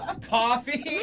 Coffee